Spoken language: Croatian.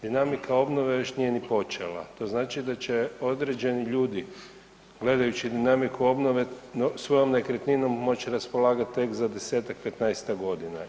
Dinamike obnove još nije ni počela, to znači da će određeni ljudi gledajući dinamiku obnove svojom nekretninom moći raspolagati tek za 10-ak, 15-ak godina.